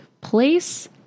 place